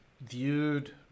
viewed